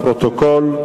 לפרוטוקול.